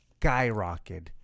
skyrocketed